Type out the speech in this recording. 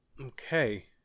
okay